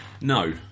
No